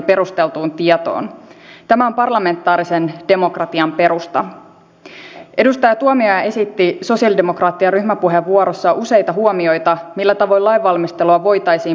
yleisestä asevelvollisuudesta tämä hallitus ei aio tinkiä joten reserviläisten kertausharjoitukset ja varusmiesten koulutus pyritään säilyttämään mahdollisimman korkealla tasolla